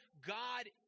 God